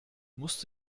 musst